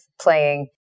playing